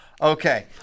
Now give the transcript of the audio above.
Okay